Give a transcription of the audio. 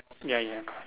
ya ya